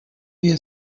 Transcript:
via